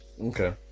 Okay